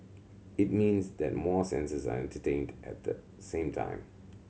it means that more senses are entertained at the same time